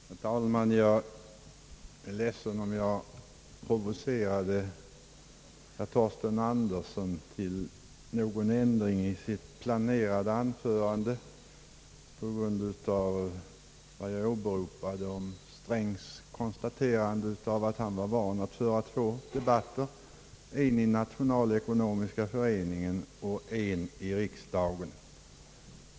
Herr talman! Jag är ledsen om jag provocerade herr Torsten Andersson till någon ändring i hans planerade anförande genom mitt åberopande av herr Strängs konstaterande att denne var van att föra två debatter: en i Nationalekonomiska föreningen och en i riksdagen.